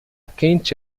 quente